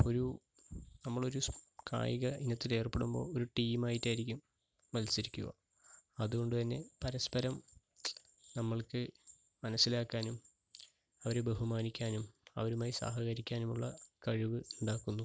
അപ്പോൾ ഒരു നമ്മളൊരു കായിക ഇനത്തിൽ ഏർപ്പെടുമ്പോൾ ഒരു ടീം ആയിട്ടായിരിക്കും മത്സരിക്കുക അത് കൊണ്ട് തന്നെ പരസ്പരം നമ്മൾക്ക് മനസിലാക്കാനും അവരെ ബഹുമാനിക്കാനും അവരുമായി സഹകരിക്കാനും ഉള്ള കഴിവ് ഉണ്ടാക്കുന്നു